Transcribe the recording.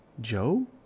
Joe